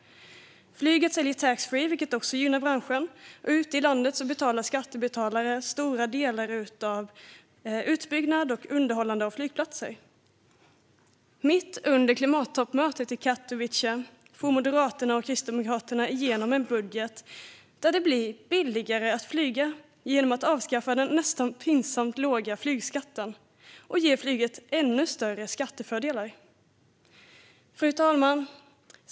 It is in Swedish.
Flyget säljer taxfree, vilket också gynnar branschen. Ute i landet betalar skattebetalare stora delar av kostnaden för utbyggnad och underhåll av flygplatser. Mitt under klimattoppmötet i Katowice får Moderaterna och Kristdemokraterna igenom en budget där det blir billigare att flyga genom att den nästan pinsamt låga flygskatten avskaffas och flyget ges ännu större skattefördelar. Fru talman!